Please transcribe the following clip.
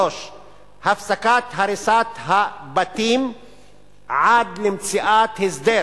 3. הפסקת הריסת הבתים עד למציאת הסדר